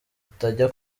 utajya